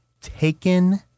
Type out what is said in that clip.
taken